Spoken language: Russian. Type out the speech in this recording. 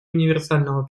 универсального